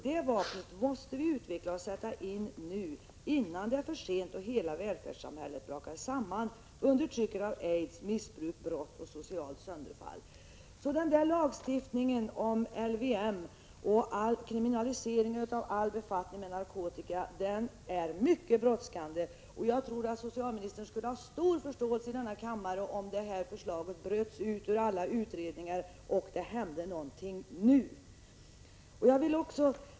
Det vapnet måste vi utveckla och sätta in nu, innan det är för sent och hela välfärdssamhället brakar samman under trycket av aids, missbruk, brott och socialt sönderfall.” En ändring av lagstiftningen om vård av missbrukare och en kriminalisering av all befattning med narkotika är mycket brådskande, och jag tror att socialministern skulle finna stor förståelse i denna kammare om den saken bröts ut ur alla utredningar och det hände någonting nu.